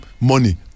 money